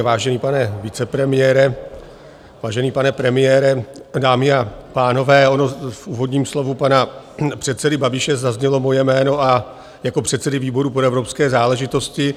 Vážený pane vicepremiére, vážený pane premiére, dámy a pánové, ono v úvodním slovu pana předsedy Babiše zaznělo moje jméno jako předsedy výboru pro evropské záležitosti.